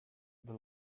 the